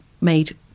made